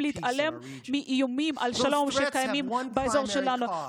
להתעלם מאיומים על השלום שקיימים באזור שלנו.